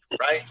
right